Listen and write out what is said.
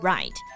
Right